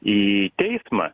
į teismą